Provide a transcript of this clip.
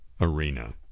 arena